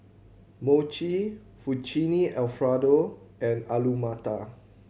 Mochi Fettuccine Alfredo and Alu Matar